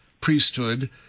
priesthood